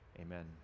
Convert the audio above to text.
amen